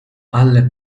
alle